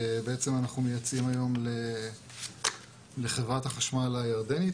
בעצם אנחנו מייצאים היום לחברת החשמל הירדנית,